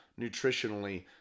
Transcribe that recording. nutritionally